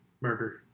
Murder